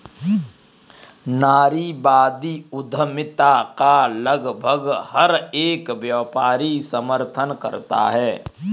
नारीवादी उद्यमिता का लगभग हर एक व्यापारी समर्थन करता है